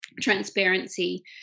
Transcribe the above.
transparency